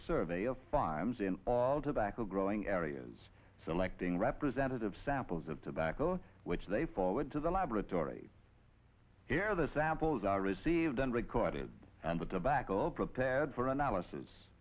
survey of firearms in all tobacco growing areas selecting representative samples of tobacco which they forward to the laboratory here the samples are received and recorded with tobacco prepared for analysis